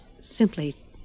simply